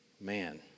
Man